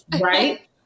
right